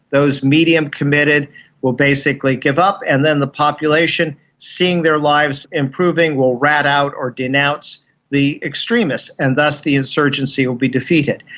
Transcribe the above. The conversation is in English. those medium committed will basically give up, and then the population, seeing their lives improving, will rat out or denounce the extremists, and thus the insurgency will be defeated.